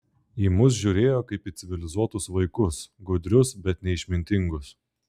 į mus žiūrėjo kaip į civilizuotus vaikus gudrius bet neišmintingus